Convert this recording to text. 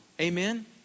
Amen